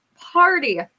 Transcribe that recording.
party